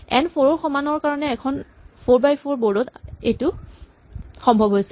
N ফ'ৰ ৰ সমানৰ কাৰণে এখন ফ'ৰ বাই ফ'ৰ বৰ্ড ত এইটো সম্ভৱ হৈছে